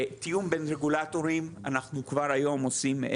תיאום בין רגולטורים, אנחנו כבר היום עושים,